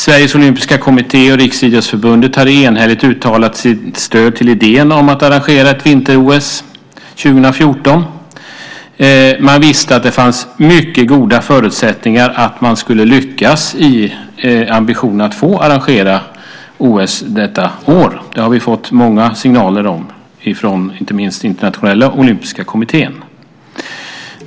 Sveriges Olympiska Kommitté och Riksidrottsförbundet hade enhälligt uttalat sitt stöd till idén om att arrangera ett vinter-OS 2014. Man visste att det fanns mycket goda förutsättningar för att man skulle lyckas med ambitionen att få arrangera OS detta år. Det har vi fått många signaler om från inte minst Internationella Olympiska Kommittén.